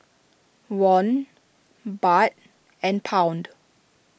Won Baht and Pound